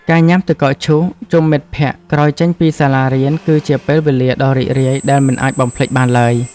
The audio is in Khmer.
ការញ៉ាំទឹកកកឈូសជុំមិត្តភក្តិក្រោយចេញពីសាលារៀនគឺជាពេលវេលាដ៏រីករាយដែលមិនអាចបំភ្លេចបានឡើយ។